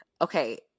Okay